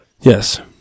Yes